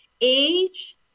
age